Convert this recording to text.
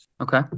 Okay